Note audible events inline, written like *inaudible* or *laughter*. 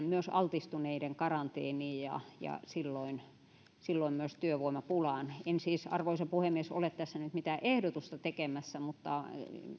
*unintelligible* myös altistuneiden karanteeniin ja ja silloin silloin myös työvoimapulaan en siis arvoisa puhemies ole tässä nyt mitään ehdotusta tekemässä mutta